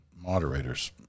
moderators